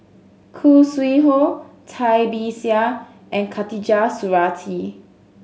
Khoo Sui Hoe Cai Bixia and Khatijah Surattee